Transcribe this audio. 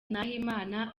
nahimana